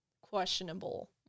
questionable